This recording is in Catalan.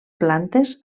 plantes